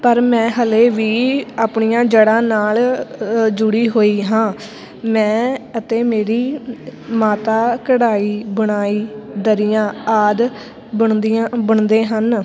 ਪਰ ਮੈਂ ਹਜੇ ਵੀ ਆਪਣੀਆਂ ਜੜ੍ਹਾਂ ਨਾਲ ਅ ਜੁੜੀ ਹੋਈ ਹਾਂ ਮੈਂ ਅਤੇ ਮੇਰੀ ਮਾਤਾ ਕਢਾਈ ਬੁਣਾਈ ਦਰੀਆਂ ਆਦਿ ਬੁਣਦੀਆਂ ਬੁਣਦੇ ਹਨ